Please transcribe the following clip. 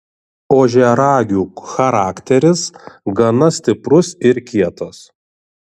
ožiaragių charakteris gana stiprus ir kietas